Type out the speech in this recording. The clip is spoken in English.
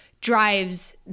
drives